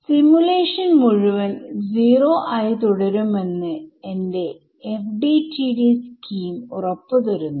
simulation മുഴുവൻ 0 ആയി തുടരുമെന്ന് എന്റെ FDTD സ്കീംഉറപ്പ് തരുന്നു